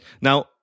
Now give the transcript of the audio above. Now